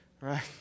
right